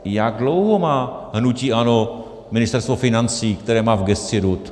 Jak dlouho má hnutí ANO Ministerstvo financí, které má v gesci RUD?